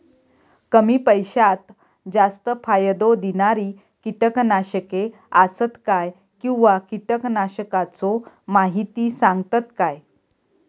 कमी पैशात जास्त फायदो दिणारी किटकनाशके आसत काय किंवा कीटकनाशकाचो माहिती सांगतात काय?